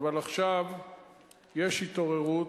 אבל עכשיו יש התעוררות,